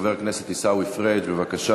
חבר הכנסת עיסאווי פריג', בבקשה.